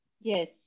Yes